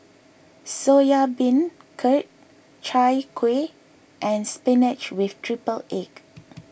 Soya Beancurd Chai Kuih and Spinach with Triple Egg